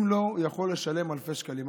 אם לא, הוא יכול לשלם אלפי שקלים.